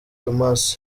thomas